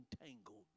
entangled